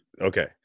Okay